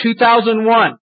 2001